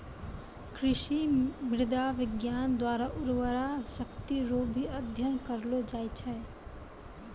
कृषि मृदा विज्ञान द्वारा उर्वरा शक्ति रो भी अध्ययन करलो जाय छै